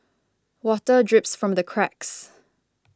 water drips from the cracks